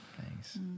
Thanks